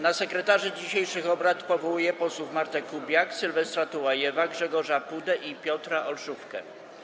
Na sekretarzy dzisiejszych obrad powołuję posłów Martę Kubiak, Sylwestra Tułajewa, Grzegorza Pudę i Piotra Olszówkę.